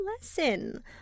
lesson